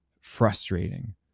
frustrating